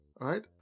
Right